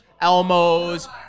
Elmo's